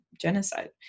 Genocide